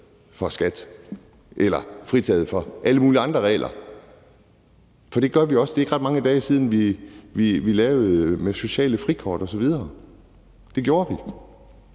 for skat eller fritaget for alle mulige andre regler. For det gør vi også. Det er ikke ret mange dage siden, vi lavede det sociale frikort osv. Det gjorde vi,